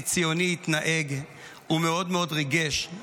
הוא התנהג כציוני ומאוד מאוד ריגש,